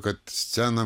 kad scena